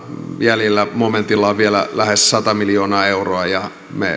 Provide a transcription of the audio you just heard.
ongelmia jäljellä momentilla on vielä lähes sata miljoonaa euroa me